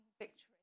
victory